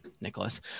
nicholas